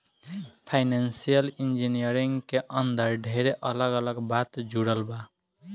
financial engineering के अंदर ढेरे अलग अलग बात जुड़ल बा